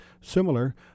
similar